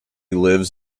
lives